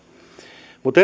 mutta